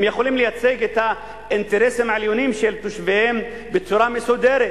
הם יכולים לייצג את האינטרסים העליונים של תושביהם בצורה מסודרת.